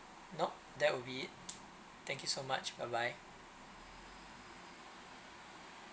nope that would be it thank you so much bye bye